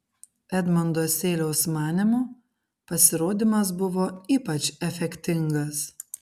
edmundo seiliaus manymu pasirodymas buvo ypač efektingas